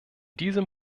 diesem